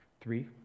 three